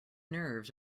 nerves